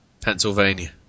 Pennsylvania